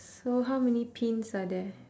so how many pins are there